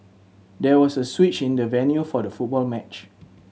there was a switch in the venue for the football match